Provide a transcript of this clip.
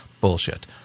Bullshit